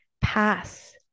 pass